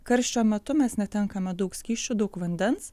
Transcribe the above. karščio metu mes netenkame daug skysčių daug vandens